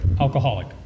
Alcoholic